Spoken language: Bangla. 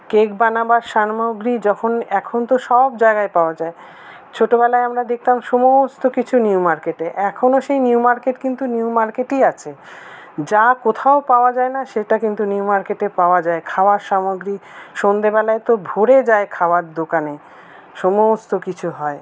কেক বানাবার সামগ্রী যখন এখন তো সব জায়গায় পাওয়া যায় ছোটবেলায় আমরা দেখতাম সমস্ত কিছু নিউ মার্কেটে এখনও সেই নিউ মার্কেট কিন্তু নিউ মার্কেটই আছে যা কোথাও পাওয়া যায়না সেটা কিন্তু নিউ মার্কেটে পাওয়া যায় খাওয়ার সামগ্রী সন্ধ্যেবেলায় তো ভরে যায় খাওয়ার দোকানে সমস্ত কিছু হয়